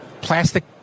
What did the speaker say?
plastic